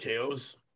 KOs